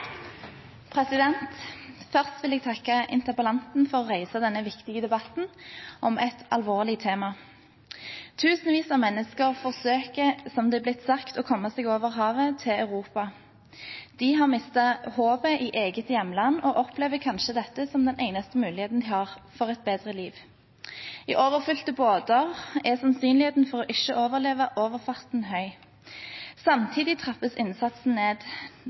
Først vil jeg takke interpellanten for å reise denne viktige debatten om et alvorlig tema. Tusenvis av mennesker forsøker, som det er blitt sagt, å komme seg over havet til Europa. De har mistet håpet i eget hjemland og opplever kanskje dette som den eneste muligheten de har for et bedre liv. I overfylte båter er sannsynligheten for ikke å overleve overfarten høy. Samtidig trappes innsatsen ned,